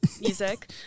music